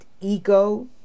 ego